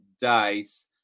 Days